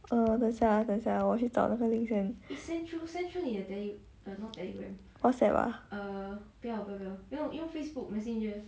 err 等一下啊等一下啊我去找那个 link 先 whatsapp ah